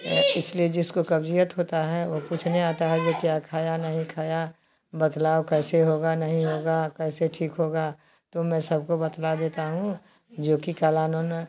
इसलिए जिसको कब्जियत होती है वह पूछने आता है कि क्या खाया नहीं खाया बताओ कैसे होगा नहीं होगा कैसे ठीक होगा तो मैं सबको बतला देती हूँ जोकि काला नून